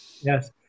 Yes